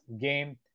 game